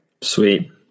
Sweet